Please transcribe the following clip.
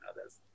others